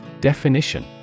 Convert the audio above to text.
Definition